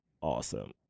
awesome